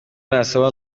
nabasaba